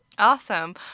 Awesome